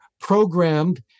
programmed